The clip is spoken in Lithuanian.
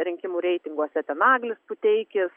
rinkimų reitinguose naglis puteikis